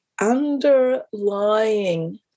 underlying